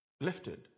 lifted